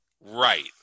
Right